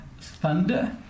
thunder